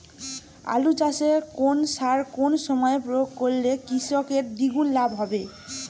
আলু চাষে কোন সার কোন সময়ে প্রয়োগ করলে কৃষকের দ্বিগুণ লাভ হবে?